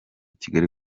kigali